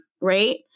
right